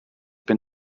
been